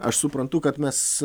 aš suprantu kad mes